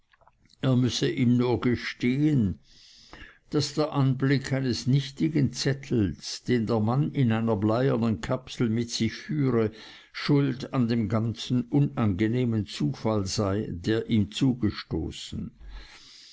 er müsse ihm nur gestehen daß der anblick eines nichtigen zettels den der mann in einer bleiernen kapsel mit sich führe schuld an dem ganzen unangenehmen zufall sei der ihm zugestoßen